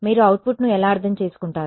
మీరు అవుట్పుట్ను ఎలా అర్థం చేసుకుంటారు